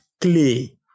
clay